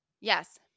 yes